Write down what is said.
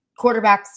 quarterbacks